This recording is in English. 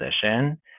position